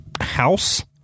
house